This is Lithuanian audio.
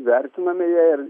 vertiname ją ir